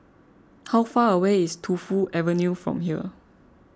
how far away is Tu Fu Avenue from here